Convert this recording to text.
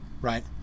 right